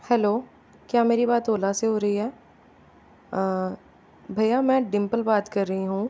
hello क्या मेरी बात ओला से हो रही है भैया मैं डिंपल बात कर रही हूँ